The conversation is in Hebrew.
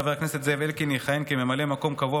חבר הכנסת זאב אלקין יכהן כממלא מקום קבוע